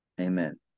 Amen